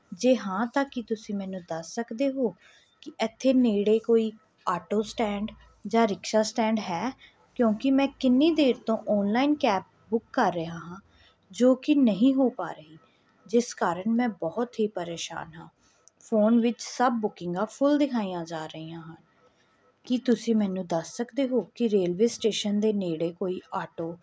ਜੇ ਹਾਂ ਤਾਂ ਕੀ ਤੁਸੀਂ ਮੈਨੂੰ ਦੱਸ ਸਕਦੇ ਹੋ ਕਿ ਇੱਥੇ ਨੇੜੇ ਕੋਈ ਆਟੋ ਸਟੈਂਡ ਜਾਂ ਰਿਕਸ਼ਾ ਸਟੈਂਡ ਹੈ ਕਿਉਂਕਿ ਮੈਂ ਕਿੰਨੀ ਦੇਰ ਤੋਂ ਔਨਲਾਈਨ ਕੈਬ ਬੁੱਕ ਕਰ ਰਿਹਾ ਹਾਂ ਜੋ ਕਿ ਨਹੀਂ ਹੋ ਪਾ ਰਹੀ ਜਿਸ ਕਾਰਨ ਮੈਂ ਬਹੁਤ ਹੀ ਪਰੇਸ਼ਾਨ ਹਾਂ ਫੋਨ ਵਿੱਚ ਸਭ ਬੁਕਿੰਗਾਂ ਫੁੱਲ ਦਿਖਾਈਆਂ ਜਾ ਰਹੀਆਂ ਹਨ ਕੀ ਤੁਸੀਂ ਮੈਨੂੰ ਦੱਸ ਸਕਦੇ ਹੋ ਕਿ ਰੇਲਵੇ ਸਟੇਸ਼ਨ ਦੇ ਨੇੜੇ ਕੋਈ ਆਟੋ